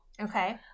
Okay